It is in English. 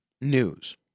news